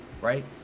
right